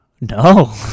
no